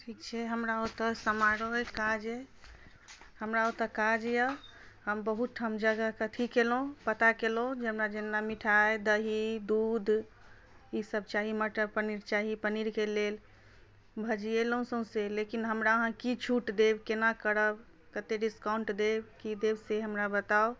ठीक छै हमरा ओतय समारोह अछि काज अछि हमरा ओतय काज यए हम बहुत ठाम जगहके अथी केलहुँ पता केलहुँ जे हमरा जेना मिठाइ दही दूध ई सभ चाही मटर पनीर चाही पनीरके लेल भजियेलहुँ सौँसै लेकिन हमरा अहाँ की छूट देब केना करब कतेक डिस्काउन्ट देब की देब से हमरा बताउ